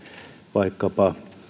vaikkapa